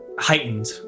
heightened